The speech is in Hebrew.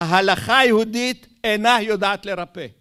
ההלכה היהודית אינה יודעת לרפא.